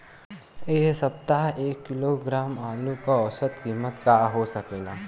एह सप्ताह एक किलोग्राम आलू क औसत कीमत का हो सकेला?